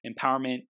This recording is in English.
empowerment